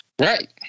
Right